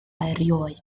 erioed